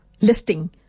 listing